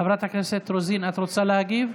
חברת הכנסת רוזין, את רוצה להגיב?